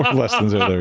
um less than zero.